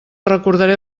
recordaré